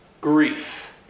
grief